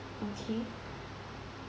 okay